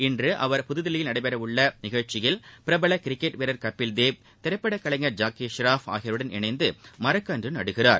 இன்று அவர் புதுதில்லியில் நடைபெறவுள்ள நிகழ்ச்சியில் பிரபல கிரிக்கெட் வீரர் கபில் தேவ் திரைப்பட கலைஞர் ஜாக்கி ஸ்ரப் ஆகியோருடன் இணைந்து மரக்கன்று நடுகிறார்